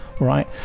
right